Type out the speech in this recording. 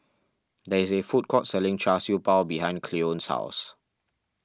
there is a food court selling Char Siew Bao behind Cleone's house